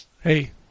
Hey